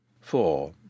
four